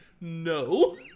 no